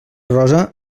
rosa